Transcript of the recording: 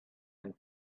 and